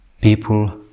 People